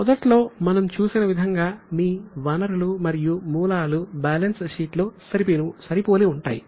మొదట్లో మనం చూసిన విధంగా మీ వనరులు మరియు మూలాలు బ్యాలెన్స్ షీట్ లో సరిపోలి ఉంటాయి